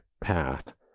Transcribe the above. path